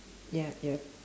ya yup